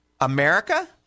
America